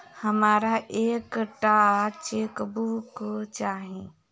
हमरा एक टा चेकबुक चाहि